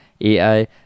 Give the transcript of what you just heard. AI